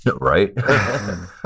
Right